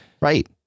right